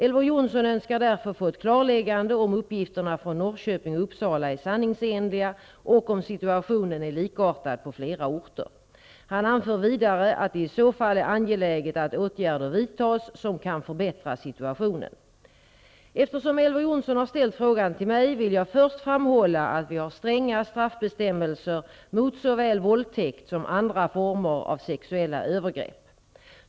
Elver Jonsson önskar därför få ett klarläggande av om uppgifterna från Norrköping och Uppsala är sanningsenliga och om situationen är likartad på flera orter. Han anför vidare att det i så fall är angeläget att åtgärder vidtas som kan förbättra situationen. Eftersom Elver Jonsson har ställt frågan till mig vill jag först framhålla att vi har stränga straffbestämmelser mot såväl våldtäkt som andra former av sexuella övergrepp.